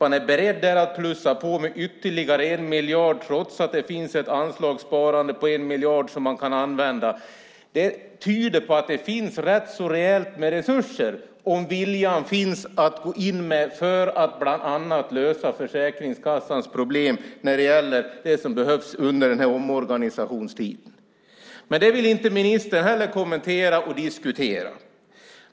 Man är beredd att plussa på med ytterligare 1 miljard trots att det finns ett anslagssparande på 1 miljard som kan användas. Det tyder på att det finns rätt rejält med resurser om viljan finns att lösa bland annat Försäkringskassans problem med vad som behövs under omorganisationstiden. Men det vill inte ministern heller kommentera och diskutera.